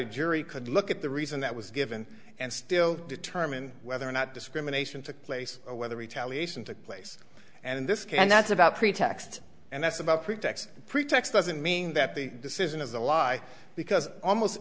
a jury could look at the reason that was given and still determine whether or not discrimination took place or whether retaliation took place and in this case and that's about pretext and that's about pretext pretext doesn't mean that the decision is a lie because almost